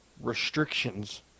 restrictions